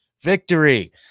victory